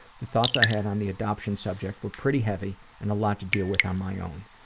the thoughts i had on the adoption subject were pretty heavy and a lot to deal with on my own.